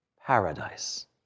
paradise